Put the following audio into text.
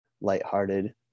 lighthearted